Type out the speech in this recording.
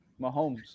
Mahomes